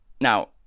Now